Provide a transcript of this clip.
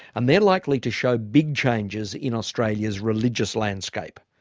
and they're likely to show big changes in australia's religious landscape.